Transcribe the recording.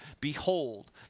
Behold